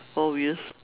four wheels